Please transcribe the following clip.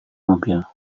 mobil